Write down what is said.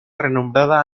renombrada